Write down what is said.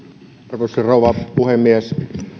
arvoisa rouva puhemies